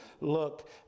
look